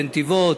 בנתיבות,